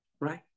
right